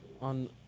on